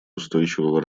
устойчивого